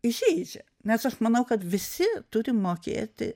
įžeidžia nes aš manau kad visi turim mokėti